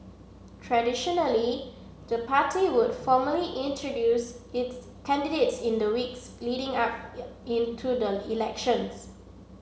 traditionally the party would formally introduce its candidates in the weeks leading up into the elections